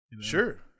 Sure